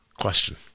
question